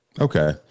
okay